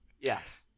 Yes